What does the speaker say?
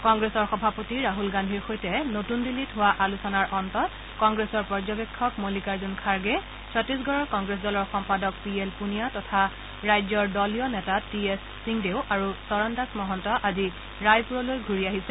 কংগ্ৰেছৰ সভাপতি ৰাছলগান্ধীৰ সৈতে নতুন দিল্লীত হোৱা আলোচনাৰ অন্তত কংগ্ৰেছৰ পৰ্যবেক্ষক মল্লিকাৰ্জন খাৰ্গে চট্টিশগড়ৰ কংগ্লেছ দলৰ সম্পাদক পি এল পুনিয়া তথা ৰাজ্যৰ দলীয় নেতা টি এছ চিংদেও আৰু চৰণদাস মহন্ত আজি ৰায়পুৰলৈ ঘূৰি আহিছে